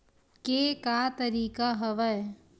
के का तरीका हवय?